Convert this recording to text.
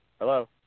Hello